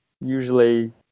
usually